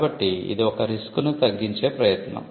కాబట్టి ఇది ఒక రిస్క్ ను తగ్గించే ప్రయత్నం